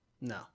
no